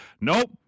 nope